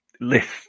list